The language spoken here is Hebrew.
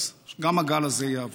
גם הגל הזה יעבור.